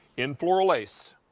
in floral lace